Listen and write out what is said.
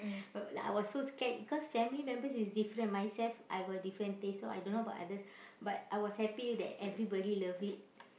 but like I was so scared because family members is different myself I got different taste so I don't know about others but I was happy that everybody love it